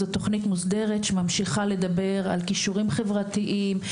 זאת תוכנית מוסדרת שממשיכה לדבר על כישורים חברתיים,